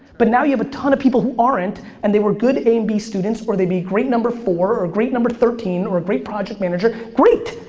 but now you have a ton of people who aren't, and they were good a and b students, or they'd be a great number four or a great number thirteen, or a great project manager. great!